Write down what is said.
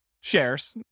shares